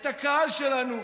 את הקהל שלנו,